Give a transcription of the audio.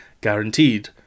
guaranteed